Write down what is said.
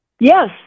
Yes